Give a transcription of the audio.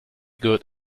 good